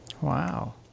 wow